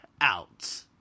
out